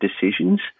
decisions